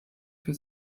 für